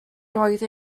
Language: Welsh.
roedd